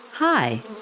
Hi